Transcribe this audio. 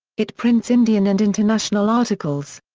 it prints indian and international articles.